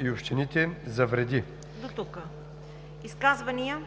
и общините за вреди.“ ПРЕДСЕДАТЕЛ